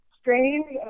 strange